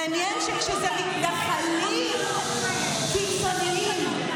מעניין שכשאלה מתנחלים קיצוניים,